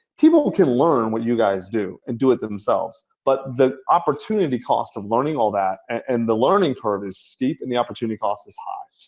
people can learn what you guys do and do it themselves but the opportunity cost of learning all that, and the learning curve is steep. and the opportunity cost is high.